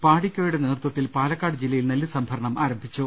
പാഡിക്കോയുടെ നേതൃത്വത്തിൽ പാലക്കാട് ജില്ലയിൽ നെല്ല് സംഭരണം ആരംഭിച്ചു